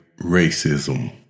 racism